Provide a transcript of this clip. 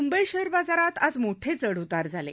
Mumbai share बाजारात आज मोठे चढ उतार झाले